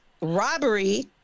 robbery